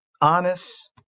Honest